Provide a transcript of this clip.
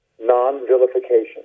Non-vilification